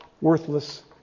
worthless